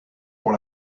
pour